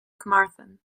carmarthen